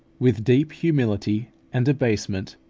with deep humility and abasement,